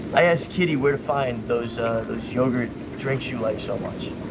i asked kitty where to find those yogurt drinks you like so much.